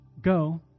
go